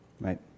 Right